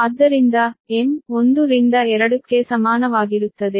ಆದ್ದರಿಂದ m 1 ರಿಂದ 2 ಕ್ಕೆ ಸಮಾನವಾಗಿರುತ್ತದೆ